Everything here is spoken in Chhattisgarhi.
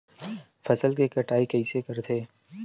फसल के कटाई कइसे करथे?